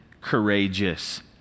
courageous